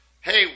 hey